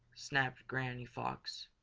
snapped granny fox.